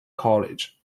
college